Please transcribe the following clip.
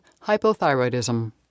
hypothyroidism